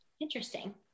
Interesting